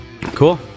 Cool